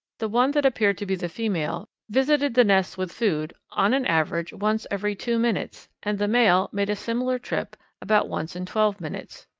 the one that appeared to be the female visited the nest with food on an average once every two minutes, and the male made a similar trip about once in twelve minutes.